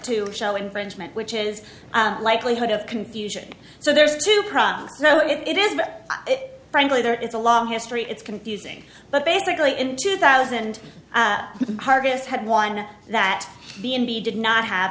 to show infringement which is likelihood of confusion so there's two problems so it is frankly there is a long history it's confusing but basically in two thousand harvest had one that b and b did not have